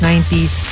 90s